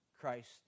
Christ